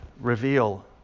reveal